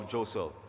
Joseph